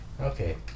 Okay